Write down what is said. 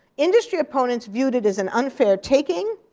industry opponents viewed it as an unfair taking,